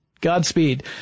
Godspeed